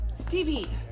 Stevie